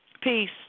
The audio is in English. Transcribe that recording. Peace